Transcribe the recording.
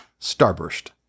Starburst